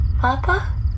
Papa